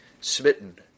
smitten